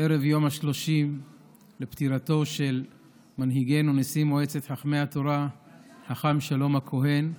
ערב יום ה-30 לפטירתו של מנהיגנו נשיא מועצת חכמי התורה חכם שלום הכהן.